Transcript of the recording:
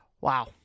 wow